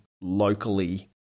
locally